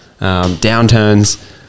downturns